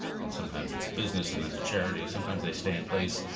and sometimes it's a business and then to charity. sometimes they stay in place,